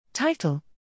Title